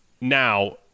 Now